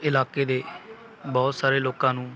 ਇਲਾਕੇ ਦੇ ਬਹੁਤ ਸਾਰੇ ਲੋਕਾਂ ਨੂੰ